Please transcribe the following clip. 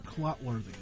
Clotworthy